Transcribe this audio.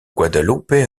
guadalupe